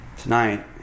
Tonight